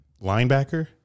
Linebacker